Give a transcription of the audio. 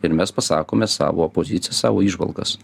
ir mes pasakome savo poziciją savo įžvalgas